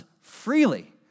freely